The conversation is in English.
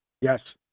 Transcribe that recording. Yes